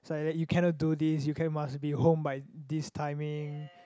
it's like you cannot do this you can must be home by this timing